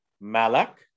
Malak